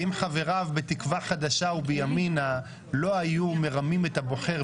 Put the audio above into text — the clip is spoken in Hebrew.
חבר האופוזיציה האוזר, אתה מפריע לי.